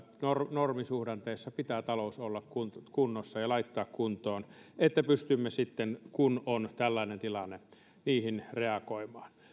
normisuhdanteessa pitää talouden olla kunnossa ja laittaa se kuntoon että pystymme sitten kun on tällainen tilanne siihen reagoimaan